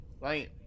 right